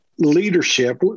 Leadership